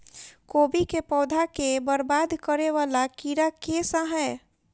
कोबी केँ पौधा केँ बरबाद करे वला कीड़ा केँ सा है?